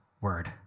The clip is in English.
word